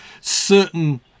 certain